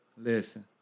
Listen